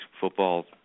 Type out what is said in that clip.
football